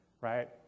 right